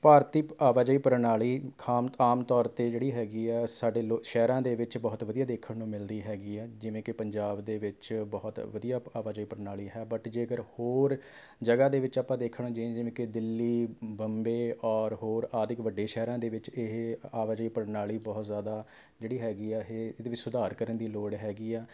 ਭਾਰਤੀ ਆਵਾਜਾਈ ਪ੍ਰਣਾਲੀ ਖਾਮ ਆਮ ਤੌਰ 'ਤੇ ਜਿਹੜੀ ਹੈਗੀ ਹੈ ਸਾਡੇ ਲੋ ਸ਼ਹਿਰਾਂ ਦੇ ਵਿੱਚ ਬਹੁਤ ਵਧੀਆ ਦੇਖਣ ਨੂੰ ਮਿਲਦੀ ਹੈਗੀ ਹੈ ਜਿਵੇਂ ਕਿ ਪੰਜਾਬ ਦੇ ਵਿੱਚ ਬਹੁਤ ਵਧੀਆ ਆਵਾਜਾਈ ਪ੍ਰਣਾਲੀ ਹੈ ਬਟ ਜੇਕਰ ਹੋਰ ਜਗ੍ਹਾ ਦੇ ਵਿੱਚ ਆਪਾਂ ਦੇਖਣ ਜਾਈਏ ਜਿਵੇਂ ਕਿ ਦਿੱਲੀ ਬੰਬੇ ਔਰ ਹੋਰ ਆਦਿ ਵੱਡੇ ਸ਼ਹਿਰਾਂ ਦੇ ਵਿੱਚ ਇਹ ਆਵਾਜਾਈ ਪ੍ਰਣਾਲੀ ਬਹੁਤ ਜ਼ਿਆਦਾ ਜਿਹੜੀ ਹੈਗੀ ਹੈ ਇਹ ਇਹਦੇ ਵਿੱਚ ਸੁਧਾਰ ਕਰਨ ਦੀ ਲੋੜ ਹੈਗੀ ਹੈ